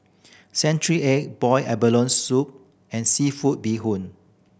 century egg boiled abalone soup and seafood bee hoon